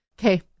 Okay